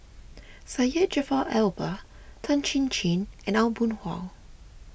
Syed Jaafar Albar Tan Chin Chin and Aw Boon Haw